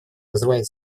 вызывает